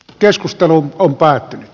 keskustelu on päättynyt